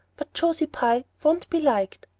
but josie pye won't be liked.